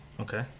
Okay